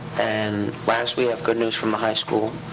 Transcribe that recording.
and last, we have good news from the high school,